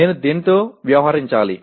నేను దేనితో వ్యవహరించాలి